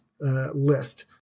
list